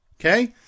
Okay